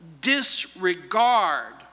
disregard